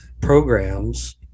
programs